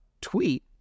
tweet